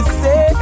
say